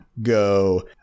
Go